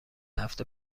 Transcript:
هفت